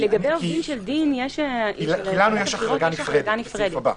לנו יש החרגה נפרדת בסעיף הבא.